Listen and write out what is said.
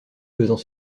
faisant